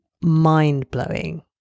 mind-blowing